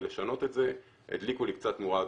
לשנות את זה הדליקו לי קצת נורה אדומה.